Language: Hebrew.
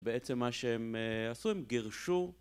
בעצם מה שהם עשו הם גירשו